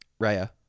Raya